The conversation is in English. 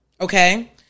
Okay